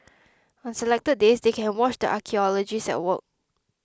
on selected days they can watch the archaeologists at work